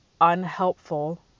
unhelpful